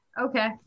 Okay